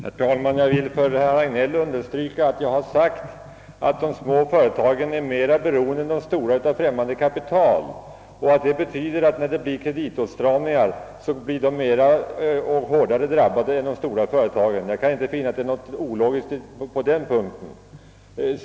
Herr talman! Jag vill för herr Hagnell understryka att jag har sagt att de små företagen är mer beroende än de stora av främmande kapital och att detta betyder att de drabbas hårdare än de stora företagen av kreditåtstramningar. Jag kan inte finna något ologiskt i det uttalandet.